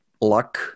luck